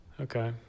Okay